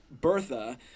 Bertha